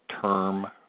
term